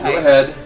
ahead.